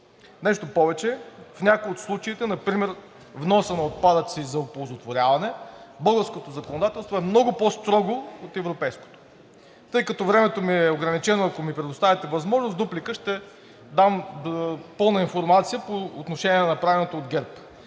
Нещо повече, в някои от случаите, например вноса на отпадъци за оползотворяване, българското законодателство е много по-строго от европейското. Тъй като времето ми е ограничено, ако ми предоставите възможност, в дуплика ще дам пълна информация по отношение на направеното от ГЕРБ.